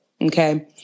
Okay